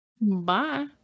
Bye